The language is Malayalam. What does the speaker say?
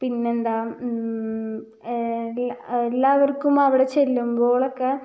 പിന്നെ എന്താണ് എല്ലാവർക്കും അവിടെ ചെല്ലുമ്പോഴൊക്കെ